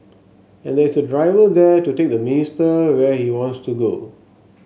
and there is a driver there to take the minister where he wants to go